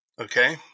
okay